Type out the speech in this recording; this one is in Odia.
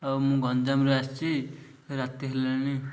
ଆଉ ମୁଁ ଗଞ୍ଜାମରୁ ଆସିଛି ରାତି ହେଲାଣି